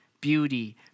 beauty